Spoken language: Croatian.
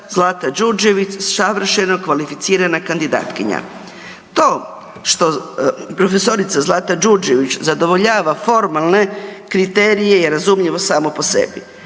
Zlata Đurđević savršeno kvalificirana kandidatkinja. To što prof. Zlata Đurđević zadovoljava formalne kriterije je razumljivo samo po sebi.